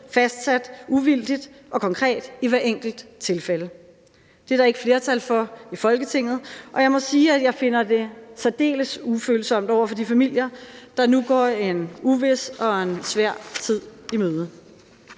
fastsat uvildigt og konkret i hvert enkelt tilfælde. Det er der ikke flertal for i Folketinget, og jeg må sige, at jeg finder det særdeles ufølsomt over for de familier, der nu går en uvis og en svær tid i møde.